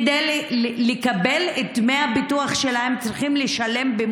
כדי לקבל את דמי הביטוח שלהם צריכים לשלם על